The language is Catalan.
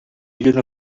lluna